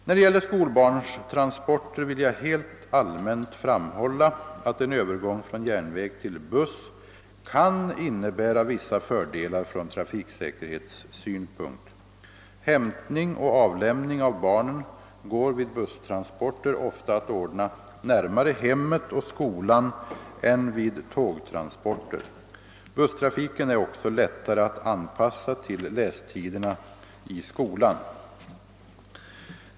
När det gäller skolbarnstransporter vill jag helt allmänt framhålla att en övergång från järnväg till buss kan innebära vissa fördelar från trafiksäkerhetssynpunkt. Hämtning och avlämning av barnen går vid busstransporter ofta att ordna närmare hemmet och skolan än vid tågtransporter. Busstrafiken är också lättare att anpassa till lästiderna i skolan.